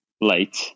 late